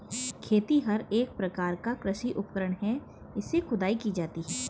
खेतिहर एक प्रकार का कृषि उपकरण है इससे खुदाई की जाती है